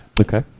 Okay